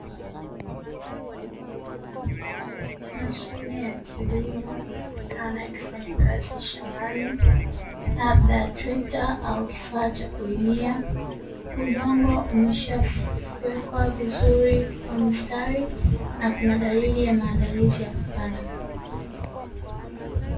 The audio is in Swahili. Mashine ya kilimo inaonekana ilifanya kazi shambani, labda trekta au kifaa cha kulimia. Udongo umeshafyekwa vizuri kwa mistari na kuna dalili ya maandalizi ya kupanda.